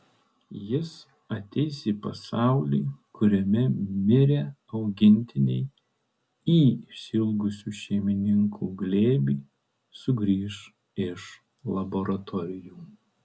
jis ateis į pasaulį kuriame mirę augintiniai į išsiilgusių šeimininkų glėbį sugrįš iš laboratorijų